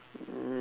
um